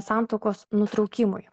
santuokos nutraukimui